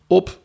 op